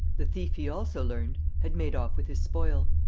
the thief, he also learned, had made off with his spoil.